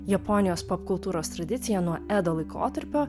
japonijos popkultūros tradicija nuo edo laikotarpio